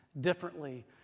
differently